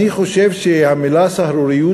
אני חושב שהמילה "סהרוריות",